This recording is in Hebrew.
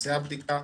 מבצע בדיקה,